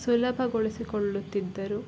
ಸುಲಭಗೊಳಿಸಿ ಕೊಳ್ಳುತ್ತಿದ್ದರು